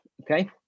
okay